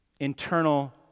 internal